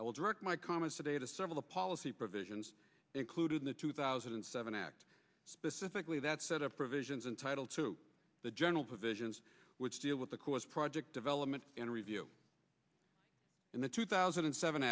will direct my comments today to several policy provisions included in the two thousand and seven act specifically that set of provisions in title to the general provisions which deal with the corps project development and review and the two thousand and seven